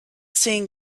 seen